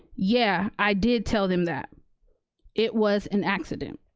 yeah, i did tell them that it was an accident.